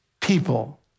people